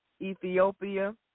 Ethiopia